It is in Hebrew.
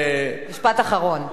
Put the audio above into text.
משפט אחרון.